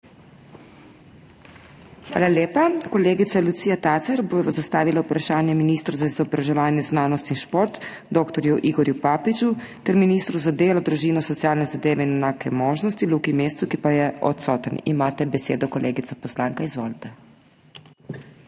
Hvala lepa. Kolegica Lucija Tacer bo zastavila vprašanje ministru za izobraževanje, znanost in šport dr. Igorju Papiču ter ministru za delo, družino, socialne zadeve in enake možnosti Luki Mescu, ki pa je odsoten. Imate besedo, kolegica poslanka. Izvolite. **LUCIJA